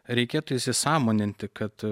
reikėtų įsisąmoninti kad